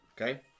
Okay